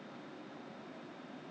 hook hook hook